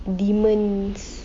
demons